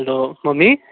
hello mummy